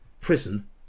prison